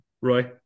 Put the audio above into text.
Roy